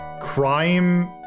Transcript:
crime